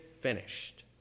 finished